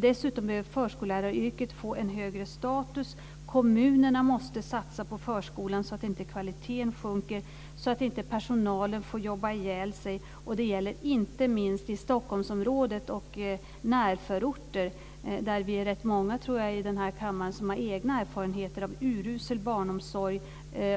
Dessutom behöver förskolläraryrket få en högre status. Kommunerna måste satsa på förskolan så att inte kvaliteten sjunker, så att personalen inte jobbar ihjäl sig. Det gäller inte minst i Stockholmsområdet och närförorter. Vi är, tror jag, rätt många i den här kammaren som har egna erfarenheter av urusel barnomsorg